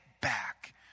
back